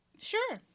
Sure